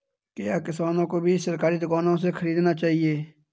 क्या किसानों को बीज सरकारी दुकानों से खरीदना चाहिए?